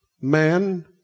man